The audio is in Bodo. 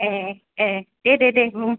ए ए दे दे दे